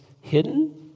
hidden